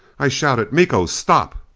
i shouted, miko! stop!